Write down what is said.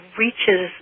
reaches